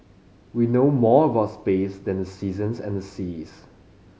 we know more about space than the seasons and the seas